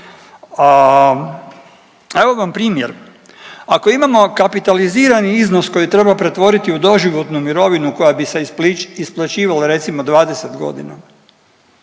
Evo vam primjer. Ako imamo kapitalizirani iznos koji treba pretvoriti u doživotnu mirovinu koja bi se isplaćivala recimo 20 godina.